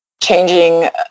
changing